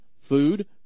food